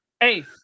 hey